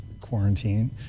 quarantine